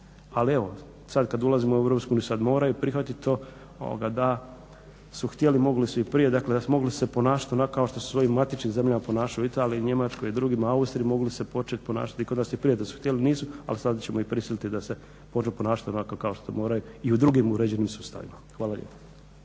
Ali evo, sad kad ulazimo u EU sad moraju prihvatiti to. Da su htjeli mogli su i prije. Dakle, mogli su se ponašati onako kako se u svojim matičnim zemljama ponašaju u Italiji, Njemačkoj, Austriji, mogli su se početi ponašati i kod i prije da su htjeli, nisu. Ali sada ćemo ih prisiliti da se počnu ponašati onako kao što moraju i u drugim uređenim sustavima. Hvala lijepo.